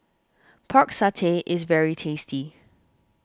Pork Satay is very tasty